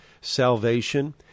salvation